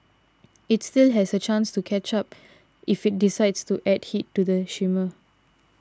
it still has a chance to catch up if it decides to add heat to the simmer